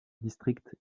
district